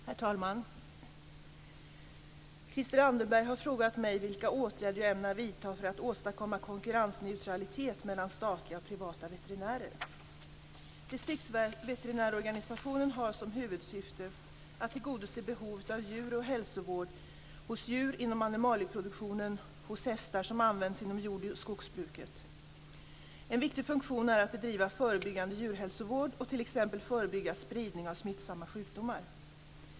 Herr talman! Christel Anderberg har frågat mig vilka åtgärder jag ämnar vidta för att åstadkomma konkurrensneutralitet mellan statliga och privata veterinärer. Distriktsveterinärorganisationen har som huvudsyfte att tillgodose behovet av sjuk och hälsovård hos djur inom animalieproduktionen och hos hästar som används inom jord och skogsbruket. En viktig funktion är att bedriva förebyggande djurhälsovård och t.ex. förebygga spridning av smittsamma sjukdomar.